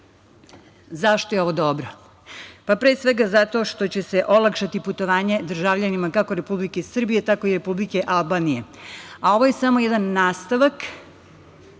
je ovo dobro? Pre svega zato što će se olakšati putovanje državljanima kako Republike Srbije, tako i Republike Albanije, a ovo je samo jedan nastavak